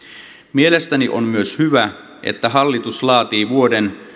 mielestäni on myös hyvä että hallitus laatii vuoden